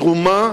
תרומה